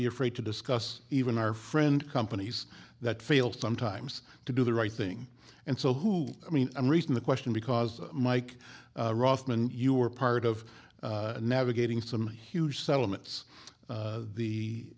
be afraid to discuss even our friend companies that fail sometimes to do the right thing and so who i mean i'm raising the question because mike rothman you were part of navigating some huge settlements